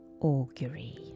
augury